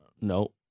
No